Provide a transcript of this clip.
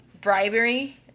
Bribery